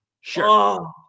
Sure